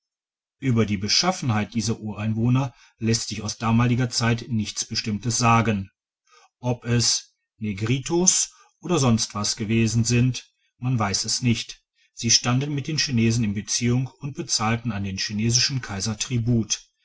by google schaffenheit dieser ureinwohner lässt sich aus damaliger zeit nichts bestimmtes sagen ob es negritos oder sonst was gewesen sind man weiss es nicht sie standen mit den chinesen in beziehung und bezahlten an den chinesischen kaiser tribut